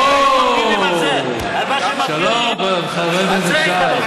אוה, אוה, שלום, חבר הכנסת שי.